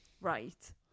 Right